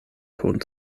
ton